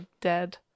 dead